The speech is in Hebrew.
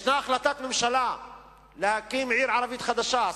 יש החלטת ממשלה להקים עיר ערבית חדשה.